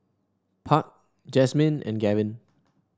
Park Jasmyn and Gavin